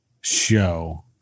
show